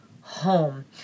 home